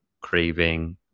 craving